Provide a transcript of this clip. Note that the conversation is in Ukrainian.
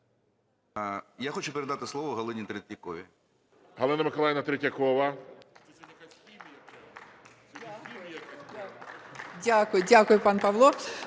Я хочу передати слово Галині Третьяковій.